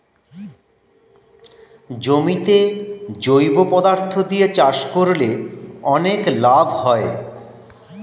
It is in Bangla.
জমিতে জৈব পদার্থ দিয়ে চাষ করলে অনেক লাভ হয়